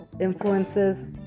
influences